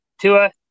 Tua